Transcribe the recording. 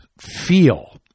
feel